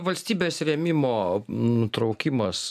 valstybės rėmimo nutraukimas